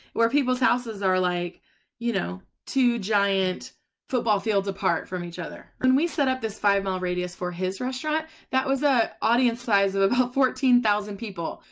where people's houses are, like you know, two giant football field apart from each other. when we set up this five mile radius for his restaurant that was an ah audience size of about fourteen thousand people!